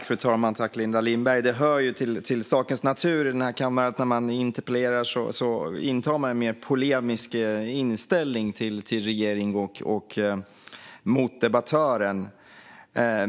Fru talman! Tack, Linda Lindberg! Det hör ju till sakens natur här i kammaren att när man interpellerar intar man en mer polemisk inställning till regeringen och motdebattören.